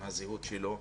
עם הזהות שלו.